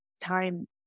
time